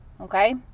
okay